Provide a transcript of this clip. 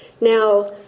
Now